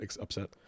upset